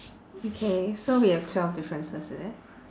okay so we have twelve differences is it